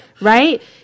right